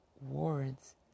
warrants